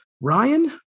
Ryan